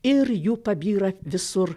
ir jų pabyra visur